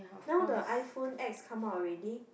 now the iPhone X come out already